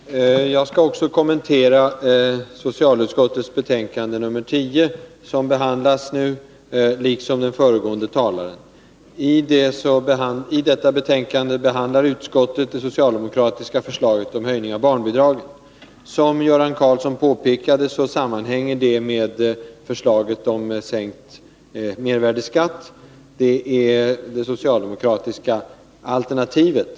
Herr talman! Jag skall liksom den föregående talaren kommentera socialutskottets betänkande nr 10 som nu behandlas. I detta betänkande behandlar utskottet det socialdemokratiska förslaget om höjning av barnbidraget. Som Göran Karlsson sagt sammanhänger det med förslaget om sänkt mervärdeskatt. Det är det socialdemokratiska alternativet.